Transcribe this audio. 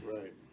right